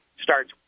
starts